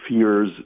fears